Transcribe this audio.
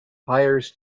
hires